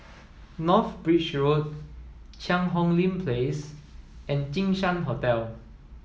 North Bridge Road Cheang Hong Lim Place and Jinshan Hotel